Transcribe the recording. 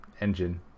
engine